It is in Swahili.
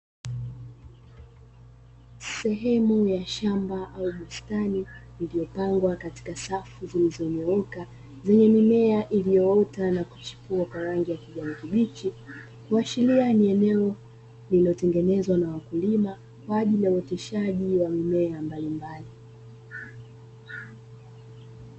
Sehemu ya shamba au bustani iliyopangwa katika safu zilizonyooka, zenye mimea iliyoota na kuchipua kwa rangi ya kijani kibichi kuashilia ni eneo lililotengenezwa na wakulima kwa ajili ya uwekezaji wa mimea mbalimbali.